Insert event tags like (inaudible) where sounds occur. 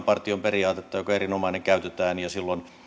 (unintelligible) partion periaatetta joka on erinomainen käytetään ja silloin